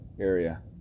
Area